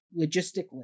logistically